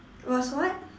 was what